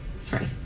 sorry